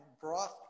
brought